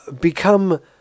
become